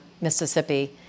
Mississippi